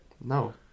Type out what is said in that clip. No